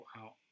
out